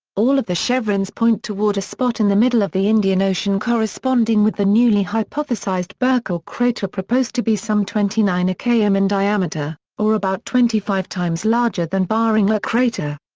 all of the chevrons point toward a spot in the middle of the indian ocean corresponding with the newly hypothesized burckle crater proposed to be some twenty nine km in diameter, or about twenty five times larger than barringer crater.